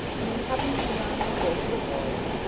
when we happened to be on our way to the wharves,